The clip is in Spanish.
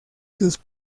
sus